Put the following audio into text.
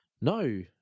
No